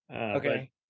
Okay